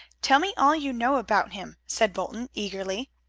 tell me all you know about him, said bolton eagerly.